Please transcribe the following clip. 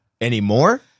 Anymore